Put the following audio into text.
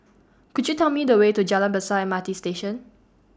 Could YOU Tell Me The Way to Jalan Besar M R T Station